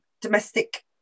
domestic